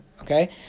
Okay